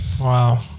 Wow